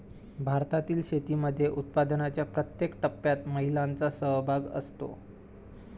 भारतातील शेतीमध्ये उत्पादनाच्या प्रत्येक टप्प्यात महिलांचा सहभाग असतो